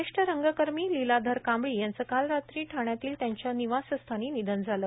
ज्येष्ठ रंगकर्मी लीलाधर कांबळी यांचं काल रात्री ठाण्यातील त्यांच्या निवासस्थानी निधन झालं